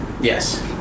Yes